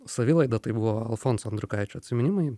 savilaida tai buvo alfonso andriukaičio atsiminimai